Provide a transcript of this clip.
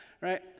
right